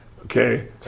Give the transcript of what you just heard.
okay